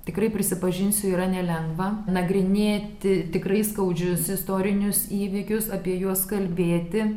tikrai prisipažinsiu yra nelengva nagrinėti tikrai skaudžius istorinius įvykius apie juos kalbėti